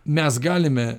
mes galime